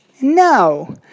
No